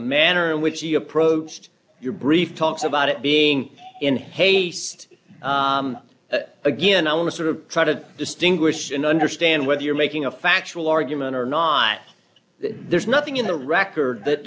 manner in which he approached your brief talks about it being in haste but again i want to sort of try to distinguish and understand whether you're making a factual argument or not there's nothing in the record that